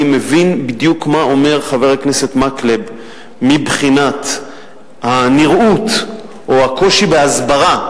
אני מבין בדיוק מה אומר חבר הכנסת מקלב מבחינת הנראות או הקושי בהסברה.